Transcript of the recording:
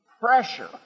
pressure